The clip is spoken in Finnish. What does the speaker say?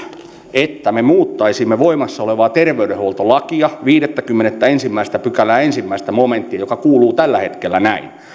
että me muuttaisimme voimassa olevaa terveydenhuoltolakia viidettäkymmenettäensimmäistä pykälää ensimmäinen momenttia joka kuuluu tällä hetkellä näin